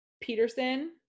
peterson